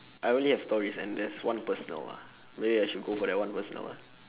I only have stories and there's one personal ah maybe I should go for that one personal ah